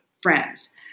friends